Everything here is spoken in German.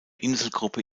inselgruppe